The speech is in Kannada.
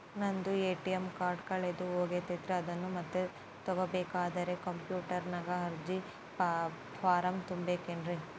ನಂದು ಎ.ಟಿ.ಎಂ ಕಾರ್ಡ್ ಕಳೆದು ಹೋಗೈತ್ರಿ ಅದನ್ನು ಮತ್ತೆ ತಗೋಬೇಕಾದರೆ ಕಂಪ್ಯೂಟರ್ ನಾಗ ಅರ್ಜಿ ಫಾರಂ ತುಂಬಬೇಕನ್ರಿ?